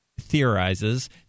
Theorizes